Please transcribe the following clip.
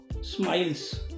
smiles